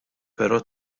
però